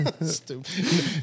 Stupid